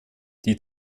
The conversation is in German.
die